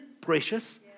precious